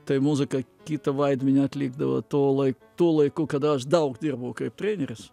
tai muzika kitą vaidmenį atlikdavo tuo lai tuo laiku kada aš daug dirbau kaip treneris